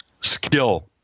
skill